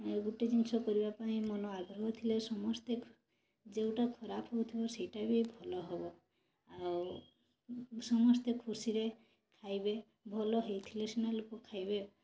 ଆଉ ଗୋଟେ ଜିନିଷ କରିବା ପାଇଁ ମନ ଆଗ୍ରହ ଥିଲେ ସମସ୍ତେ ଯୋଉଟା ଖରାପ ହେଉଥିବ ସେଇଟା ବି ଭଲ ହେବ ଆଉ ସମସ୍ତେ ଖୁସିରେ ଖାଇବେ ଭଲ ହୋଇଥିଲେ ସିନା ଲୋକ ଖାଇବେ